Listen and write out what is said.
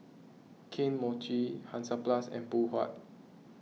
Kane Mochi Hansaplast and Phoon Huat